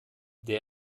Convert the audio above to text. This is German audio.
der